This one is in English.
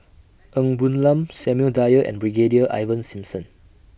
Ng Woon Lam Samuel Dyer and Brigadier Ivan Simson